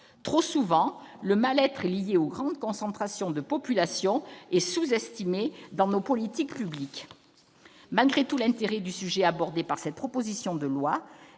Trop souvent, le mal-être lié aux grandes concentrations de population est sous-estimé dans nos politiques publiques. Malgré tout l'intérêt du sujet abordé au travers de cette proposition de loi,